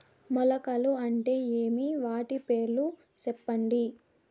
మొలకలు అంటే ఏమి? వాటి పేర్లు సెప్పండి?